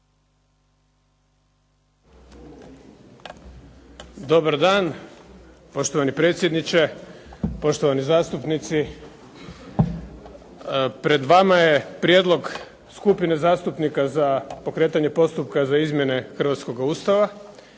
Dobar dan. Poštovani predsjedniče, poštovani zastupnici. Pred vama je Prijedlog skupine zastupnika za pokretanje postupka za izmjene hrvatskoga Ustava.